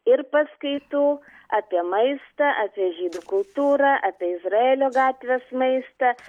ir paskaitų apie maistą apie žydų kultūrą apie izraelio gatvės maistą